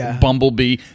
bumblebee